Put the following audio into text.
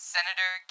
Senator